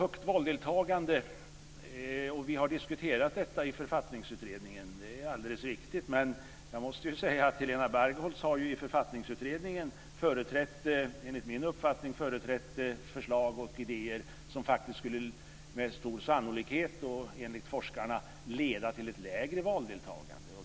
Vi har diskuterat högt valdeltagande i Författningsutredningen, det är alldeles riktigt, men jag måste säga att Helena Bargholtz ju i Författningsutredningen enligt min uppfattning har företrätt förslag och idéer som faktiskt med stor sannolikhet och enligt forskarna skulle leda till ett lägre valdeltagande.